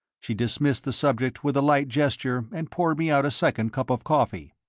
she dismissed the subject with a light gesture and poured me out a second cup of coffee.